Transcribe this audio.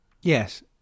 Yes